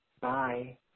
Bye